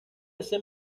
ese